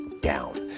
down